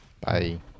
Bye